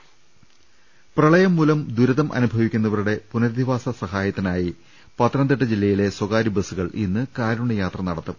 ലലലലലലലലലലലലല പ്രളയം മൂലം ദുരിതമനുഭവിക്കുന്നവരുടെ പുനരധി വാസ സഹായത്തിനായി പത്തനംതിട്ട ജില്ലയിലെ സ്വകാര്യ ബസ്സുകൾ ഇന്ന് കാരുണ്യാത്ര നടത്തും